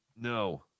no